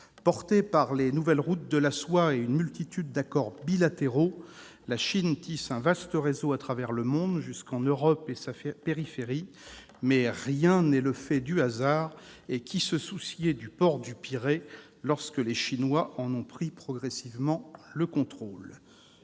Portée par les nouvelles routes de la soie et par une multitude d'accords bilatéraux, la Chine tisse un vaste réseau à travers le monde jusqu'en Europe, et même jusqu'à sa périphérie. Mais rien n'est le fait du hasard : qui se souciait du port du Pirée lorsque les Chinois en ont pris progressivement le contrôle ?